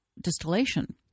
distillation